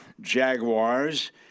Jaguars